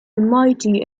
mighty